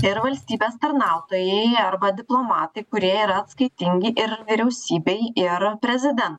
ir valstybės tarnautojai arba diplomatai kurie yra atskaitingi ir vyriausybei ir prezidentui